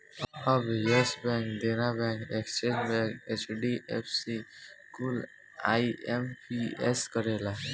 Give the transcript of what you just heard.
अब Yes Bank, Dena Bank, Axis Bank, HDFC कुल IMPS करेला